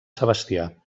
sebastià